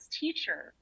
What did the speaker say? teacher